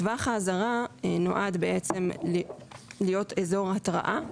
טווח האזהרה נועד בעצם להיות אזור התראה.